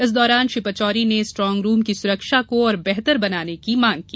इस दौरान श्री पचोरी ने स्ट्रांग रूम की सुरक्षा को और बेहतर बनाने की मांग की